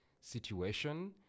situation